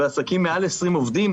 ועסקים עם מעל 20 עובדים,